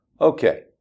okay